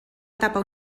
etapa